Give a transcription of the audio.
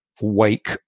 wake